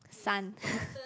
son